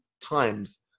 times